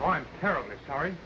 now i'm terribly sorry